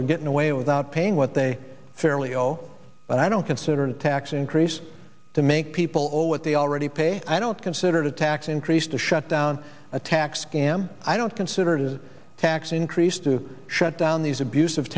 are getting away with not paying what they fairly oh but i don't consider a tax increase to make people all what they already pay i don't consider it a tax increase to shut down a tax scam i don't consider it a tax increase to shut down these abusive